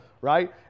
right